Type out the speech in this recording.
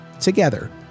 together